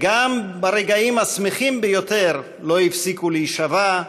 וגם ברגעים השמחים ביותר לא הפסיקו להישבע: